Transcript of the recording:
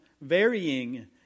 varying